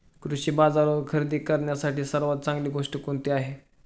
कृषी बाजारावर खरेदी करण्यासाठी सर्वात चांगली गोष्ट कोणती आहे?